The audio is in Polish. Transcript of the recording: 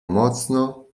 mocno